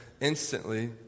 instantly